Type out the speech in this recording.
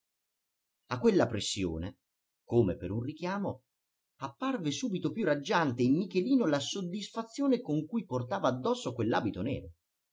a quella pressione come per un richiamo apparve subito più raggiante in michelino la soddisfazione con cui portava addosso quell'abito nero